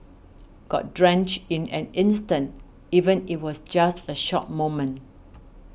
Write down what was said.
got drenched in an instant even it was just a short moment